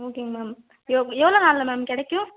ஓகேங்க மேம் எவ் எவ்வளோ நாளில் மேம் கிடைக்கும்